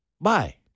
Bye